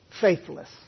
faithless